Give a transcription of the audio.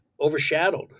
overshadowed